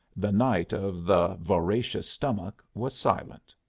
the knight of the voracious stomach was silent.